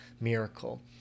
miracle